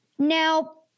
Now